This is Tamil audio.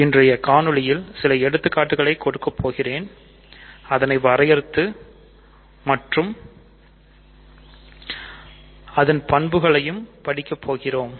இன்றைய காணொளியில் சில எடுத்துக்காட்டுகளை கொடுக்கப் போகிறேன் அதனை வரையறுத்து மற்றும் அதன் பண்புகளையும் படிக்கப் போகிறோம்